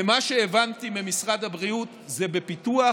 ממה שהבנתי ממשרד הבריאות זה בפיתוח